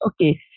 okay